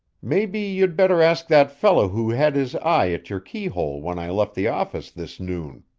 maybe you'd better ask that fellow who had his eye at your keyhole when i left the office this noon.